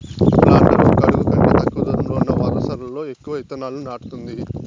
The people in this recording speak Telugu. ప్లాంటర్ ఒక అడుగు కంటే తక్కువ దూరంలో ఉన్న వరుసలలో ఎక్కువ ఇత్తనాలను నాటుతుంది